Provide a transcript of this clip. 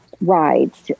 rides